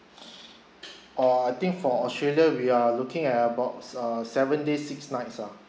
orh I think for australia we are looking at about s~ uh seven days six nights ah